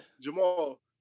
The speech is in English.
Jamal